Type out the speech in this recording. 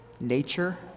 nature